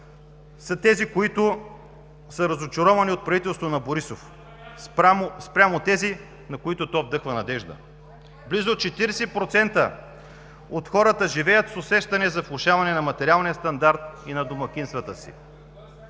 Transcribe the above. са тези, които са разочаровани от правителството на Борисов, спрямо тези, на които то вдъхва надежда. Близо 40% от хората живеят с усещане за влошаване на материалния стандарт и на домакинствата си.